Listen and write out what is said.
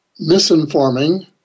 misinforming